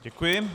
Děkuji.